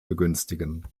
begünstigen